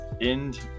End